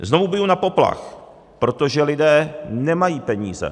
Znovu biju na poplach, protože lidé nemají peníze.